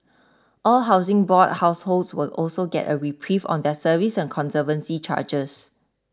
all Housing Board households will also get a reprieve on their service and conservancy charges